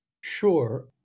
Sure